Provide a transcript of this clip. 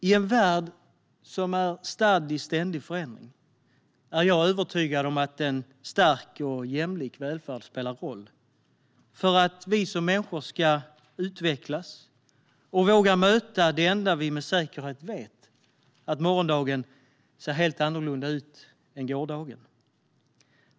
I en värld som är stadd i ständig förändring är jag övertygad om att en stark och jämlik välfärd spelar roll för att vi som människor ska utvecklas och våga möta det enda vi med säkerhet vet: att morgondagen ser helt annorlunda ut än gårdagen.